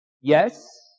Yes